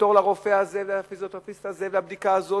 תור לרופא הזה ולפיזיותרפיסט הזה ולבדיקה הזאת,